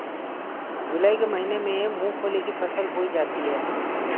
जूलाई के महीने में मूंगफली की फसल बोई जाती है